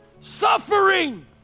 suffering